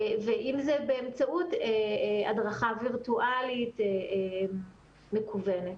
ואם זה באמצעות הדרכה וירטואלית מקוונת.